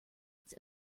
its